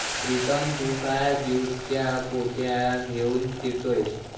प्रीतम तू का ज्यूटच्या पोत्या घेऊन फिरतोयस